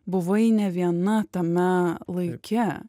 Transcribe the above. buvai ne viena tame laike